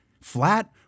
flat